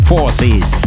Forces